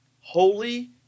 Holy